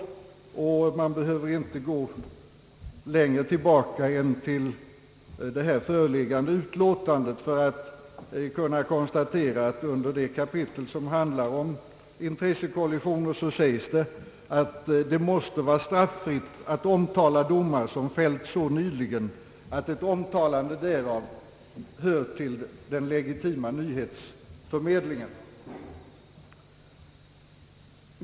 Man behöver inte gå längre än till det föreliggande utlåtandet för att kunna konstatera att utskottet under rubriken »Intressekollisioner m.m.» säger, att »det måste vara strafffritt att omtala domar som fällts så nyligen, att ett omtalande därav hör till den legitima nyhetsförmedlingen».